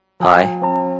Hi